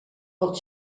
pel